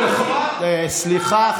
סליחה,